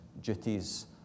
duties